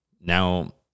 Now